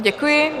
Děkuji.